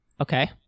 Okay